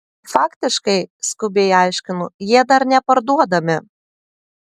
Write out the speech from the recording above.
faktiškai skubiai aiškinu jie dar neparduodami